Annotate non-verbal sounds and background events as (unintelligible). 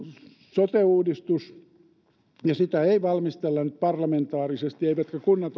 sote uudistus sitä ei valmistella nyt parlamentaarisesti eivätkä kunnat (unintelligible)